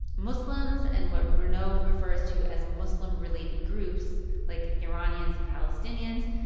muslims and what bruneau refers to as muslim-related groups like iranians and palestinians,